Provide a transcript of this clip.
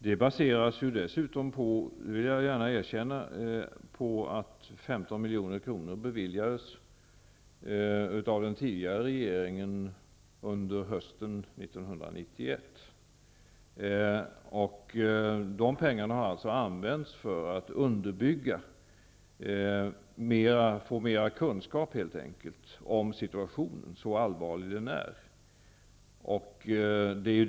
Det baseras dessutom på -- det vill jag gärna erkänna -- att 15 milj.kr. 1991. De pengarna har alltså använts för att helt enkelt få mera kunskaper om situationen, så allvarlig den är.